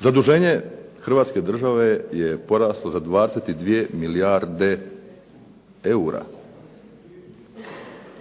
zaduženje Hrvatske države je poraslo za 22 milijarde eura.